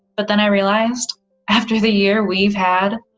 but then i realized after the year we've had,